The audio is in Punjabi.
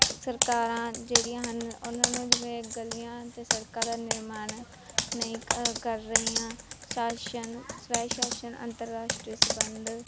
ਸਰਕਾਰਾਂ ਜਿਹੜੀਆਂ ਹਨ ਉਹਨਾਂ ਨੂੰ ਜਿਵੇਂ ਗਲੀਆਂ ਅਤੇ ਸੜਕਾਂ ਦਾ ਨਿਰਮਾਣ ਨਹੀਂ ਕ ਕਰ ਰਹੀਆਂ ਸ਼ਾਸਨ ਸਵੈ ਸ਼ਾਸਨ ਅੰਤਰਰਾਸ਼ਟਰੀ ਸੰਬੰਧ